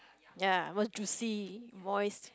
ya was juicy moist